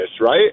right